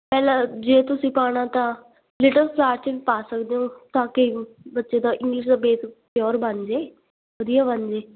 ਪਹਿਲਾਂ ਜੇ ਤੁਸੀਂ ਪਾਉਣਾ ਤਾਂ ਲਿਟਲ ਸਟਾਰ 'ਚ ਵੀ ਪਾ ਸਕਦੇ ਹੋ ਤਾਂ ਕਿ ਬੱਚੇ ਦਾ ਇੰਗਲਿਸ਼ ਦਾ ਬੇਸ ਪਿਓਰ ਬਣ ਜਾਏ ਵਧੀਆ ਬਣ ਜਾਏ